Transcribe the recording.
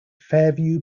fairview